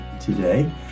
today